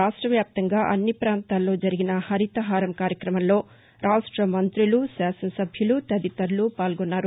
రాష్ట వ్యాప్తంగా అన్ని ప్రాంతాల్లో జరిగిన హరితహారం కార్యక్రమంలో రాష్ట మంతులు శాసన సభ్యులు తదితరులు పాల్గొన్నారు